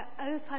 open